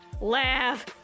laugh